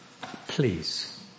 please